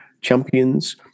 champions